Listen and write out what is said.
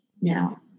now